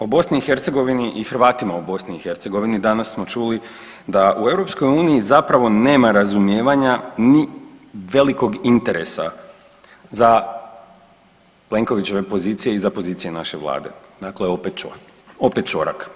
O BiH i Hrvatima u BiH danas smo čuli da u EU zapravo nema razumijevanja ni velikog interesa za Plenkovićeve pozicije i za pozicije naše vlade, dakle opet ćorak.